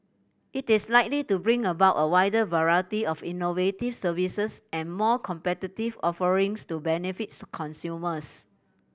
it is likely to bring about a wider variety of innovative services and more competitive offerings to benefits consumers